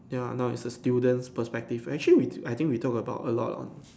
ya now it's a students perspective actually we I think we talk about a lot on